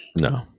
No